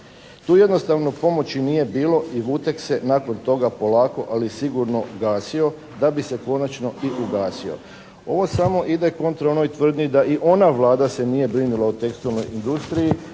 Tu jednostavno pomoći nije bilo i "Vuteks" je nakon toga polako, ali sigurno gasio da bi se konačno i ugasio. Ovo samo ide kontra onoj tvrdnji da i ona Vlada se nije brinula o tekstilnoj industriji